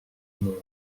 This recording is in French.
monde